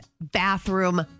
bathroom